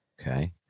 Okay